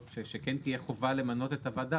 אני מציע שאת הנושא הזה נעגן בסעיף שנוגע לתוקף